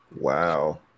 Wow